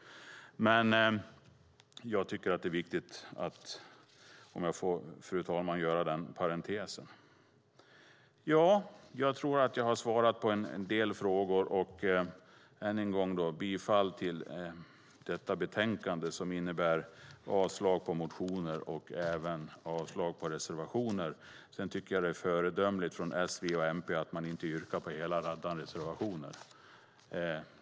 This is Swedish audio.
Jag tycker att det är viktigt att göra den parentesen, fru talman. Jag tror att jag har svarat på en del frågor. Än en gång yrkar jag bifall till förslaget i detta betänkande samt avslag på motioner och reservationer. Det är föredömligt att S, V och MP inte yrkar på hela raddan av reservationer.